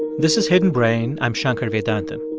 this is hidden brain. i'm shankar vedantam.